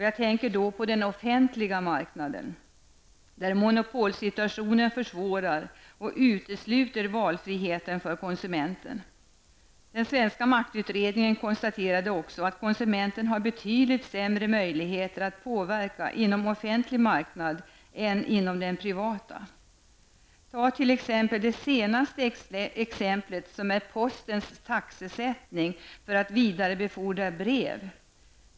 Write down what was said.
Jag tänker på den offentliga marknaden där monopolsituationen försvårar och utesluter valfriheten för konsumenten. Den svenska maktutredningen konstaterade också att konsumenten har betydligt sämre möjligheter att påverka inom offentlig marknad än inom den privata. Ta t.ex. det senaste exemplet som är postens taxesättning för att vidarebefordra brev.